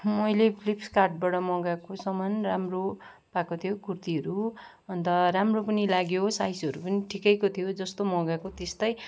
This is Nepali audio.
मैले फ्लिपकार्टबाट मगाएको सामान राम्रो पाएको थियो कुर्तीहरू अन्त राम्रो पनि लाग्यो साइजहरू पनि ठिकैको थियो जस्तो मगाएको त्यस्तै